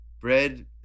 Bread